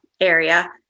area